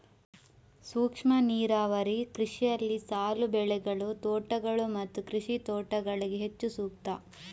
ಸೂಕ್ಷ್ಮ ನೀರಾವರಿ ಕೃಷಿಯಲ್ಲಿ ಸಾಲು ಬೆಳೆಗಳು, ತೋಟಗಳು ಮತ್ತು ದ್ರಾಕ್ಷಿ ತೋಟಗಳಿಗೆ ಹೆಚ್ಚು ಸೂಕ್ತ